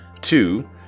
Two